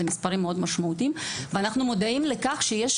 זה מספרים מאוד משמעותיים ואנחנו מודעים לכך שיש